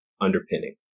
underpinning